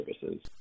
services